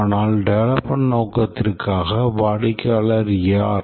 ஆனால் டெவெலப்மென்ட் நோக்கத்திற்காக வாடிக்கையாளர் யார்